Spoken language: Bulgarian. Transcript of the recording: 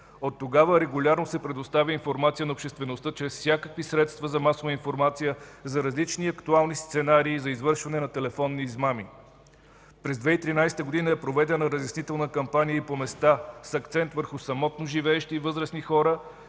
Оттогава регулярно се предоставя информация на обществеността, чрез всякакви средства за масова информация, за различни актуални сценарии за извършване на телефонни измами. През 2013 г. е проведена разяснителна кампания и по места с акцент върху самотно живеещи и възрастни хора,